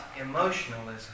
emotionalism